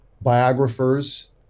biographers